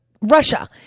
Russia